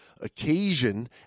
occasion